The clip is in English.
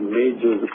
major